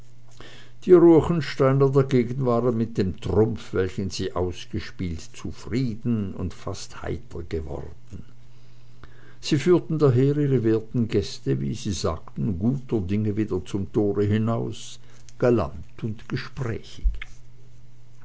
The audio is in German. die ruechensteiner dagegen waren mit dem trumpf welchen sie ausgespielt zufrieden und fast heiter geworden sie führten daher ihre werten gäste wie sie sagten guter dinge wieder zum tore hinaus galant und gesprächig